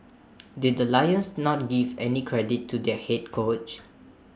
did the lions not give any credit to their Head coach